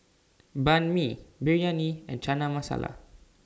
Banh MI Biryani and Chana Masala